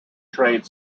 trained